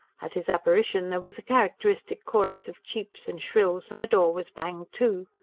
at his apparition there was a characteristic chorus of cheeps and shrills and the door was banged to.